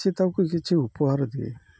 ସେ ତାକୁ କିଛି ଉପହାର ଦିଏ